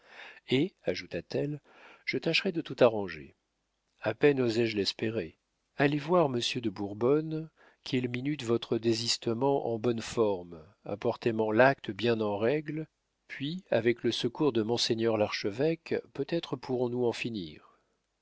et ajouta-t-elle je tâcherai de tout arranger a peine osé je l'espérer allez voir monsieur de bourbonne qu'il minute votre désistement en bonne forme apportez-m'en l'acte bien en règle puis avec le secours de monseigneur l'archevêque peut-être pourrons-nous en finir